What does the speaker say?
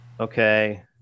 Okay